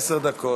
עשר דקות.